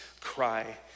cry